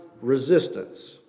resistance